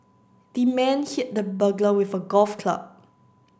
the man hit the burglar with a golf club